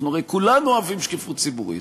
אנחנו הרי כולנו אוהבים שקיפות ציבורית.